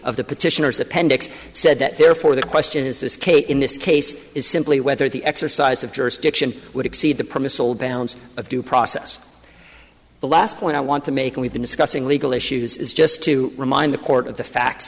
of the petitioners appendix said that therefore the question is this case in this case is simply whether the exercise of jurisdiction would exceed the promise old balance of due process the last point i want to make and we've been discussing legal issues is just to remind the court of the fact